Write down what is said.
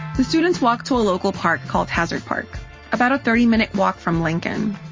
the students walked to a local park called hazard park about a thirty minute walk from lincoln.